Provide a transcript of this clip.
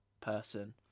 person